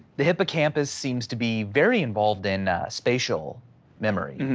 the hippocampus seems to be very involved in spatial memory.